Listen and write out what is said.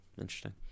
Interesting